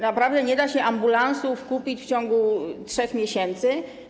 Naprawdę nie da się ambulansów kupić w ciągu 3 miesięcy?